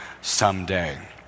someday